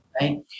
Right